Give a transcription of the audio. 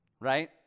right